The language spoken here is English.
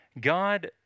God